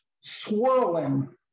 Swirling